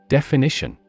Definition